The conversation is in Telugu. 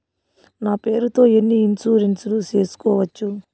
నా పేరుతో ఎన్ని ఇన్సూరెన్సులు సేసుకోవచ్చు?